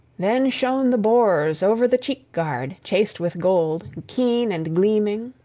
then shone the boars over the cheek-guard chased with gold, keen and gleaming,